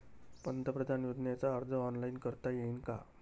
पंतप्रधान योजनेचा अर्ज ऑनलाईन करता येईन का?